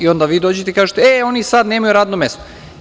Onda vi dođete i kažete – oni sada nemaju radno mesto.